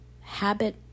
habit